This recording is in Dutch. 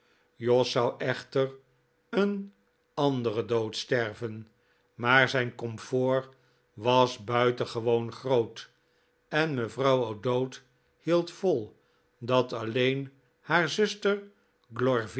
jos zou echter een anderen dood sterven maar zijn comfort was buitengewoon groot en mevrouw o'dowd hield vol dat alleen haar zuster